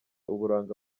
uburanga